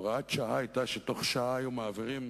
הוראת שעה היתה שבתוך שעה היו מעבירים